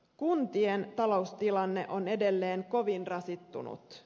kuntien taloustilanne on edelleen kovin rasittunut